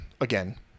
again